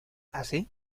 así